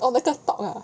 oh 那个 talk ah